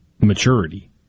maturity